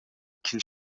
ch’ins